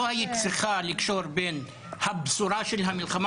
לא היית צריכה לקשור בין הבשורה של המלחמה